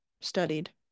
studied